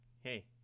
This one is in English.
hey